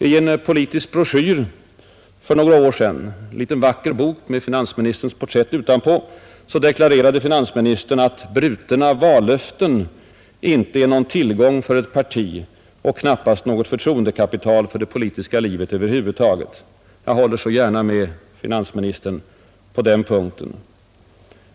I en politisk broschyr för några år sedan — en liten vacker trycksak med finansministerns porträtt på första sidan — deklarerade finansministern att brutna vallöften inte är någon tillgång för ett parti och knappast något förtroendekapital för det politiska livet över huvud taget. Jag håller så gärna med finansministern på den punkten.